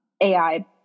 AI